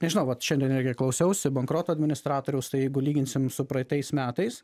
nežinau vat šiandien klausiausi bankroto administratoriaus tai jeigu lyginsim su praeitais metais